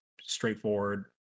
straightforward